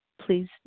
please